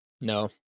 No